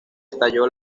estalló